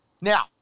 Now